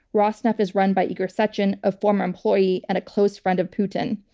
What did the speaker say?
rosneft is run by igor sechin, a former employee and close friend of putin.